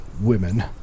women